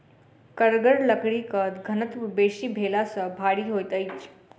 कड़गर लकड़ीक घनत्व बेसी भेला सॅ भारी होइत अछि